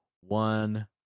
one